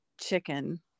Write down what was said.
chicken